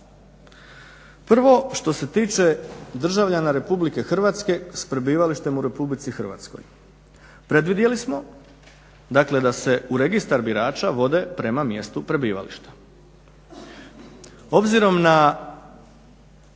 Prvo što se tiče državljana Republike Hrvatske s prebivalištem u Republici Hrvatskoj. Predvidjeli smo, dakle da se u registar birača vode prema mjestu prebivališta. Obzirom na